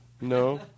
No